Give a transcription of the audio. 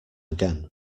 again